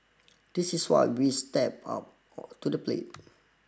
this is what we've stepped up to the plate